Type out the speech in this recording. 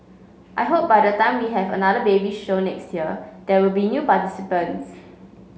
I hope by the time we have another baby show next year there will be new participants